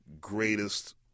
greatest